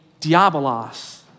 diabolos